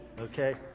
okay